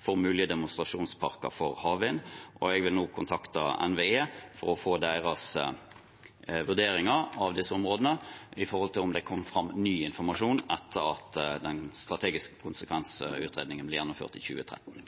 for mulige demonstrasjonsparker for havvind. Jeg vil nå kontakte NVE for å få deres vurderinger av disse områdene med hensyn til om det har kommet ny informasjon etter at den strategiske konsekvensutredningen ble gjennomført i 2013.